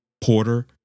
Porter